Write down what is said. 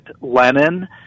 Lenin